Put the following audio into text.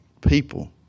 people